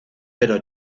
pero